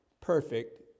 perfect